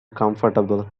comfortable